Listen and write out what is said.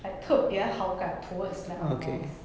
like 特别好感 like towards like angmohs